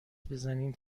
بزنین